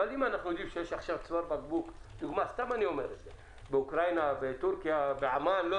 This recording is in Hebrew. אבל אם יש צוואר בקבוק למשל באוקראינה או טורקיה וזה